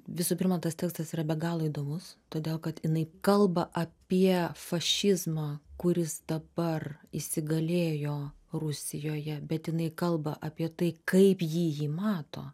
visų pirma tas tekstas yra be galo įdomus todėl kad jinai kalba apie fašizmą kuris dabar įsigalėjo rusijoje bet jinai kalba apie tai kaip ji jį mato